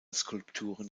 skulpturen